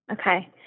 Okay